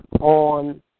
on